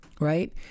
Right